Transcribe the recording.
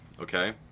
Okay